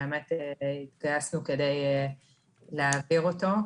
שהתגייסנו כדי להעביר אותו.